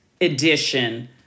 edition